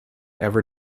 ever